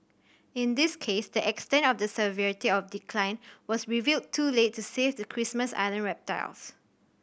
in this case the extent of the severity of decline was revealed too late to save the Christmas Island reptiles